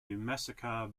massacre